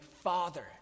father